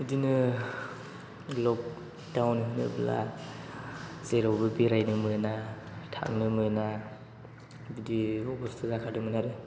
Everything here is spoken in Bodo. बिदिनो लकदाउन होनोब्ला जेरावबो बेरायनो मोना थांनो मोना बिदि अब'स्था जाखादोंमोन आरो